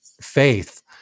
faith